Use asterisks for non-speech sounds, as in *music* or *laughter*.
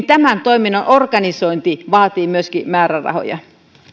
*unintelligible* tämän toiminnan organisointi vaatii myöskin määrärahoja